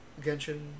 Genshin